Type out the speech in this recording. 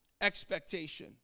expectation